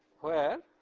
where